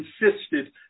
insisted